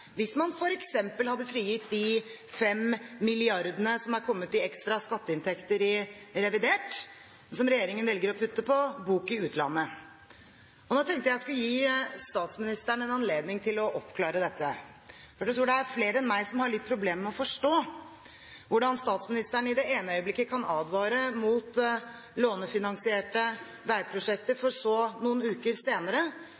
hvis man f.eks. hadde frigitt de 5 mrd. kr som er kommet i ekstra skatteinntekter i revidert, som regjeringen velger å putte på bok i utlandet. Jeg tenkte jeg skulle gi statsministeren en anledning til å oppklare dette. Jeg tror det er flere enn meg som har litt problemer med å forstå hvordan statsministeren i det ene øyeblikket kan advare mot lånefinansierte veiprosjekter,